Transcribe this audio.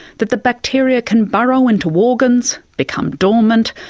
that the bacteria can burrow into organs, become dormant,